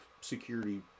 security